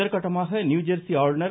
முதற்கட்டமாக நியூஜெர்ஸி ஆளுநர்